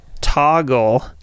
toggle